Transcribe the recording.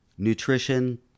Nutrition